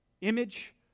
image